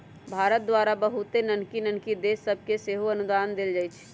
भारत द्वारा बहुते नन्हकि नन्हकि देश सभके सेहो अनुदान देल जाइ छइ